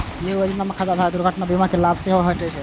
एहि योजना मे खाता धारक कें दुर्घटना बीमा के लाभ सेहो भेटै छै